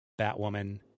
Batwoman